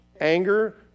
anger